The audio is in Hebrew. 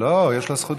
לא, יש לה זכות דיבור.